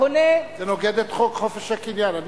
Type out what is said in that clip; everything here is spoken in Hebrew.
זה נוגד את חוק חופש הקניין.